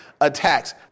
attacks